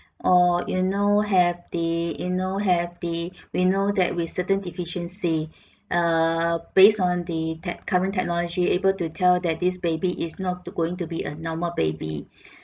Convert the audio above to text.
or you know have the you know have the we know that with certain deficiency err based on the tech current technology able to tell that this baby is not to going to be a normal baby